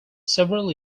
several